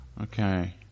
okay